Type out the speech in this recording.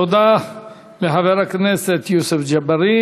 תודה לחבר הכנסת יוסף ג'בארין.